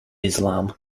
islam